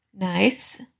Nice